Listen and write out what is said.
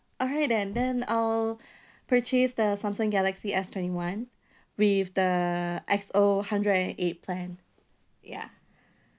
alright then then I'll purchase the Samsung galaxy s twenty one with the X_O hundred and eight plan ya